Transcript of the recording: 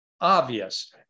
obvious